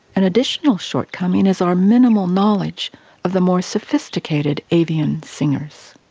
an additional shortcoming is our minimal knowledge of the more sophisticated avian singers.